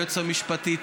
ליועץ המשפטי,